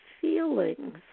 feelings